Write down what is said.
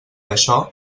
això